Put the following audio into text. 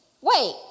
Wait